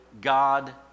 God